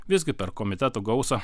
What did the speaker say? visgi per komitetų gausa